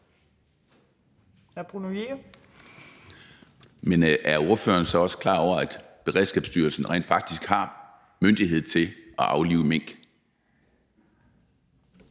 er ordføreren så også klar over, at Beredskabsstyrelsen rent faktisk har myndighed til at aflive mink?